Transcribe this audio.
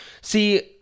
See